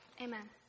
Amen